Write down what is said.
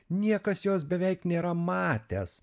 niekas jos beveik nėra matęs